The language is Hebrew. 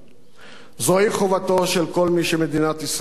זוהי חובתו של כל מי שמדינת ישראל יקרה לו.